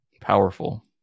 Powerful